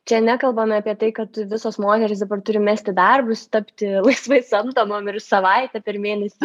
čia nekalbame apie tai kad visos moterys dabar turi mesti darbus tapti laisvai samdomom ir savaitę per mėnesį